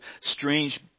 strange